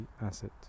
asset